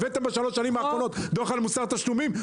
הבאתם דוח בשלוש שנים האחרונות דוח על מוסר תשלומים?